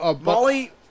Molly